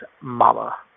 mama